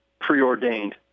preordained